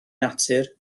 natur